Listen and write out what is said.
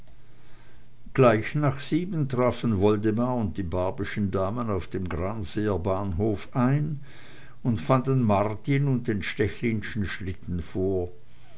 gleich nach sieben trafen woldemar und die barbyschen damen auf dem granseer bahnhof ein und fanden martin und den stechlinschen schlitten vor